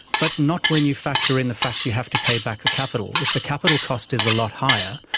but not when you factor in the fact you have to pay back the capital. if the capital cost is a lot higher,